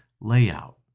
layout